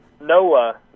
Noah